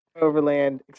overland